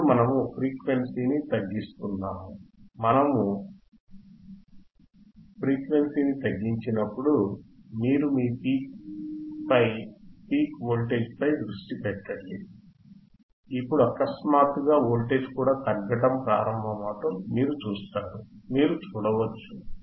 ఇప్పుడు మనము ఫ్రీక్వెన్సీని తగ్గిస్తున్నాము మరియు మనము ఫ్రీక్వెన్సీని తగ్గించినప్పుడు మీరు మీ పీక్ పై పీక్ వోల్టేజ్ పై దృష్టి కేంద్రీకరించి చూడండి ఇప్పుడు అకస్మాత్తుగా వోల్టేజ్ కూడా తగ్గడం ప్రారంభమవటం మీరు చూస్తారు మీరు చూడవచ్చు